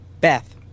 Beth